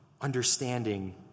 understanding